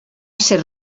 ser